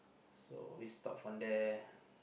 so we stop from there